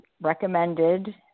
recommended